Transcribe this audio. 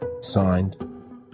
Signed